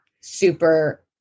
super